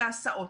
בהסעות,